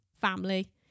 family